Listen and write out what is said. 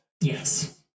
Yes